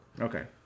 Okay